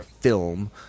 film